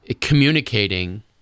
communicating